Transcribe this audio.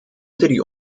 die